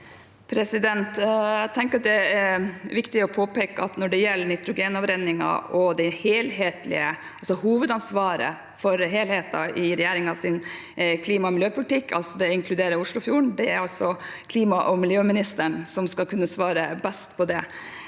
det er viktig å påpeke at når det gjelder nitrogenavrenningen og hovedansvaret for helheten i regjeringens klima- og miljøpolitikk – det inkluderer Oslofjorden – er det altså klima- og miljøministeren som kan svare best på det.